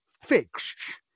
fixed